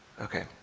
Okay